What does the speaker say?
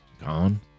gone